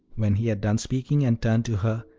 when he had done speaking, and turned to her,